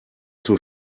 zur